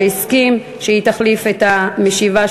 שהסכים שהיא תחליף את המשיבה,